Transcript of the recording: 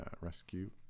rescue